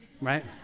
right